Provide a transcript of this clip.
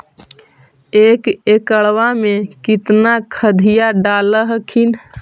एक एकड़बा मे कितना खदिया डाल हखिन?